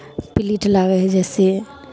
complete लागै हइ जइसे